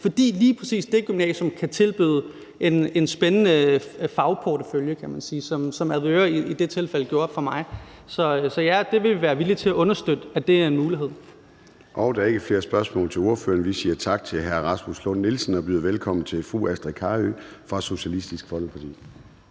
fordi lige præcis det gymnasium kan tilbyde en spændende fagportefølje, kan man sige, som Avedøre Gymnasium i det tilfælde gjorde for mig. Så ja, at det er en mulighed, vi vil være villige til at understøtte. Kl. 13:37 Formanden (Søren Gade): Der er ikke flere spørgsmål til ordføreren. Vi siger tak til hr. Rasmus Lund-Nielsen og byder velkommen til fru Astrid Carøe fra Socialistisk Folkeparti.